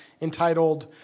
entitled